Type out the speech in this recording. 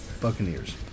Buccaneers